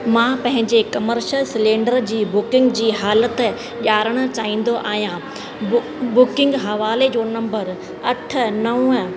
मां पंहिंजे commercial cylinder जी बुकिंग जी हालत ॼाणण चाईंदो आहियां बु बुकिंग हवाले जो नम्बर अठ नव